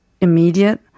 immediate